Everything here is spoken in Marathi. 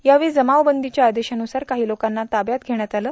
यावेळी जमाव बंदीच्या आदेशान्रसार काही लोकांना ताब्यात घेण्यात आलं